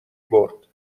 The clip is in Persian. برد